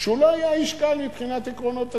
שהוא לא היה איש קל מבחינת עקרונות התכנון,